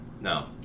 No